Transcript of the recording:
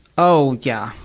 oh, yeah.